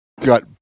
Got